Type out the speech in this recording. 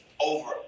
over